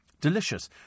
Delicious